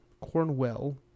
Cornwell